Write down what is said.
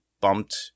bumped